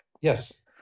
Yes